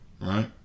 right